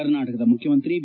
ಕರ್ನಾಟಕದ ಮುಖ್ಯಮಂತ್ರಿ ಬಿ